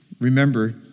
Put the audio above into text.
Remember